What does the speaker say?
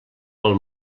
pel